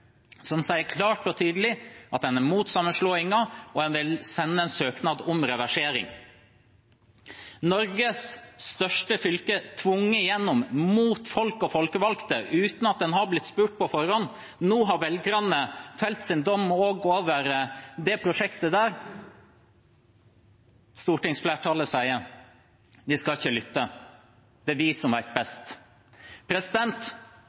som sier klart og tydelig at en er imot sammenslåingen, og at en vil sende en søknad om reversering. Norges største fylke har blitt tvunget igjennom, mot folks og folkevalgtes ønske, uten at en har blitt spurt på forhånd. Nå har velgerne felt sin dom også over det prosjektet, men stortingsflertallet sier at de vil ikke lytte – det er de som